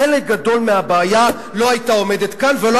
חלק גדול מהבעיה לא היה עומד כאן ולא